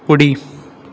उडी